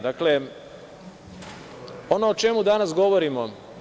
Dakle, ono o čemu danas govorimo…